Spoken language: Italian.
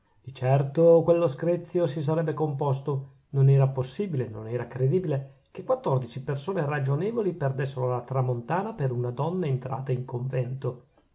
di certo quello screzio si sarebbe composto non era possibile non era credibile che quattordici persone ragionevoli perdessero la tramontana per una donna entrata in convento